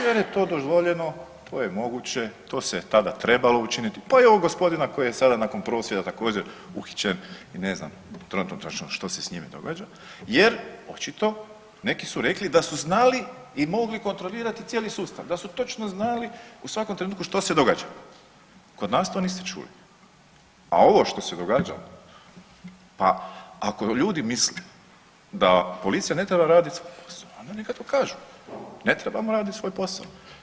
Jer je to dozvoljeno, to je moguće, to se tada trebalo učiniti, pa i ovog gospodina koji je sada nakon prosvjeda također uhićen i ne znam trenutačno što se s njime događa jer očito neki su rekli da su znali i mogli kontrolirati cijeli sustav, da su točno znali u svakom trenutku što se događa, kod nas to niste čuli a ovo što se događalo, pa ako ljudi misle da policija ne treba raditi svoj posao onda neka to kažu ne trebamo raditi svoj posao.